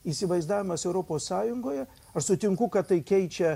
įsivaizdavimas europos sąjungoje aš sutinku kad tai keičia